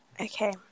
Okay